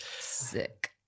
Sick